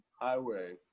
Highway